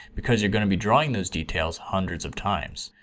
because you're going to be drawing those details hundreds of times.